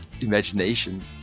imagination